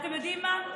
אתם יודעים מה,